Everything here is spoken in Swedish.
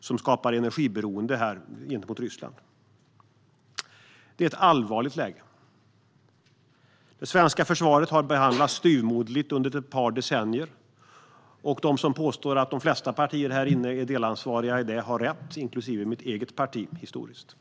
som här skapar ett energiberoende gentemot Ryssland. Det är ett allvarligt läge. Det svenska försvaret har behandlats styvmoderligt under ett par decennier. De som påstår att de flesta partier här inne är delansvariga i detta har rätt, även mitt eget parti historiskt.